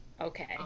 Okay